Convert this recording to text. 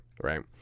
right